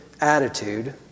attitude